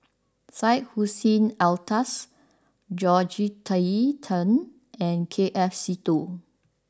Syed Hussein Alatas Georgette Chen and K F Seetoh